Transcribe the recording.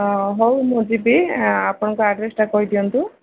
ହଁ ହଉ ମୁଁ ଯିବି ଆପଣଙ୍କ ଆଡ୍ରେସ୍ଟା କହି ଦିଅନ୍ତୁ